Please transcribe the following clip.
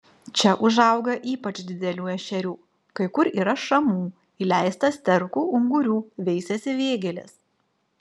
čia užauga ypač didelių ešerių kai kur yra šamų įleista sterkų ungurių veisiasi vėgėlės